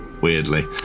weirdly